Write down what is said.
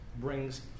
brings